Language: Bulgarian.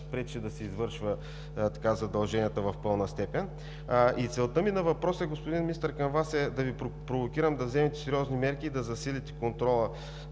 пречи да си извършва задълженията в пълна степен. Целта на въпроса ми към Вас, господин Министър, е да Ви провокирам да вземете сериозни мерки и да засилите контрола,